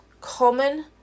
common